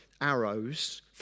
arrows